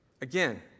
Again